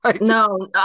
No